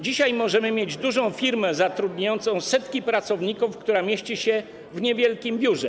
Dzisiaj możemy mieć dużą firmę zatrudniającą setki pracowników, która mieści się w niewielkim biurze.